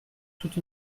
toute